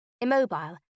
immobile